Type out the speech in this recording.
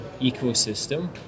ecosystem